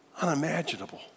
Unimaginable